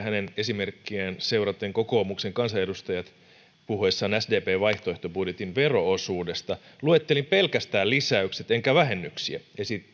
hänen esimerkkiään seuraten kokoomuksen kansanedustajat puhuessaan sdpn vaihtoehtobudjetin vero osuudesta luettelin pelkästään lisäykset enkä vähennyksiä